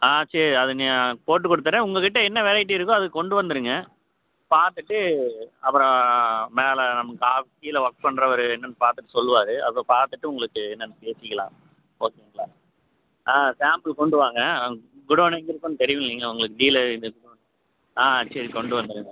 ஆ சரி அது நான் போட்டு கொடுத்துட்றேன் உங்கள் கிட்ட என்ன வெரைட்டி இருக்கோ அது கொண்டு வந்துருங்க பார்த்துட்டு அப்புறம் மேலே நமக்கு ஆள் கீழே ஒர்க் பண்ணுறவரு என்னன்னு பார்த்துட்டு சொல்லுவார் அப்புறம் பார்த்துட்டு உங்களுக்கு என்னன்னு பேசிக்கலாம் ஓகேங்களா ஆ சாம்பில் கொண்டு வாங்க குடோன் எங்கே இருக்குன்னு தெரியும் இல்லைங்களா உங்களுக்கு டீலர் ஆ சரி கொண்டு வந்துருங்க